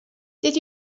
did